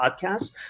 podcast